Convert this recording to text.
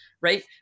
right